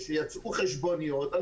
כשיצאו חשבוניות,